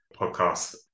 podcast